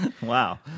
Wow